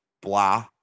blah